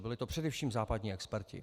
Byli to především západní experti.